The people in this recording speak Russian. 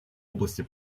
области